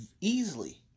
easily